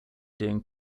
doing